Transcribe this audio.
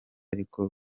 ariko